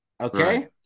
Okay